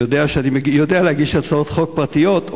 שיודע שאני יודע להגיש הצעות חוק פרטיות,